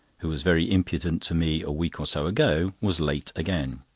who was very impudent to me a week or so ago, was late again.